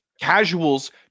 casuals